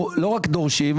אנחנו לא רק דורשים,